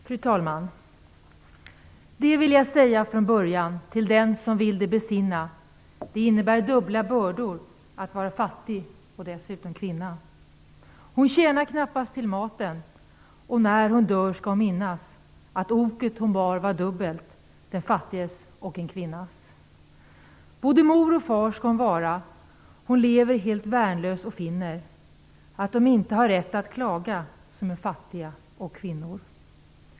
Fru talman! "Det vill jag säga från början till den som vill det besinna att det innebär dubbla bördor att va fattig och dessutom kvinna. Hon tjänar knappast till maten och när hon dör skall hon minnas att oket hon bar var dubbelt, Både mor och far ska hon vara, hon lever helt värnlös och finner, att de inte har rätt att klaga, som är fattiga och kvinnor.